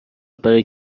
برای